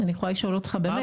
אני יכולה לשאול אותך באמת?